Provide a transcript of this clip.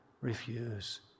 refuse